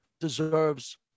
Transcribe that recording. deserves